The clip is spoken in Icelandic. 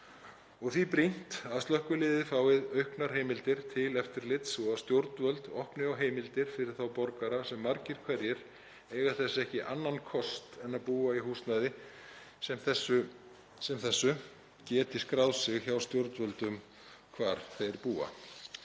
Því er brýnt að slökkviliðið fái auknar heimildir til eftirlits og að stjórnvöld opni á heimildir fyrir þá borgara sem margir hverjir eiga þess ekki annan kost en að búa í húsnæði sem þessu til að geta skráð sig hjá stjórnvöldum hvar þeir búa.